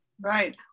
right